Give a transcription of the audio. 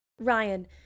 Ryan